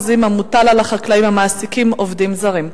המוטל על החקלאים המעסיקים עובדים זרים,